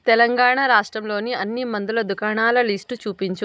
తెలంగాణ రాష్ట్రంలోని అన్నీ మందుల దుకాణాల లిస్టు చూపించు